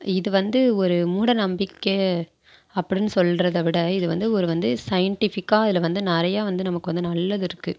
இது வந்து ஒரு மூட நம்பிக்கை அப்படின்னு சொல்றதை விட இது வந்து ஒரு வந்து சையின்டிஃபிக்காக இதில் வந்து நிறைய வந்து நமக்கு வந்து நல்லது இருக்குது